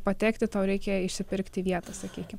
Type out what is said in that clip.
patekti tau reikia išsipirkti vietą sakykim